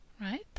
right